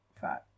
five